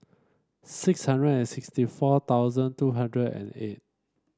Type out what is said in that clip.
six hundred and sixty four thousand two hundred and eight